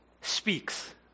speaks